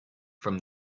from